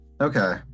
Okay